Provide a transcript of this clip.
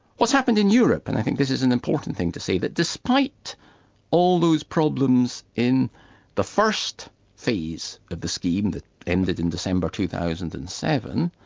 what's happened in europe, and i think this is an important thing to say, that despite all those problems in the first phase of the scheme that ended in december, two thousand and seven,